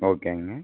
ஓகேங்க